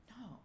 No